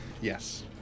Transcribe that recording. Yes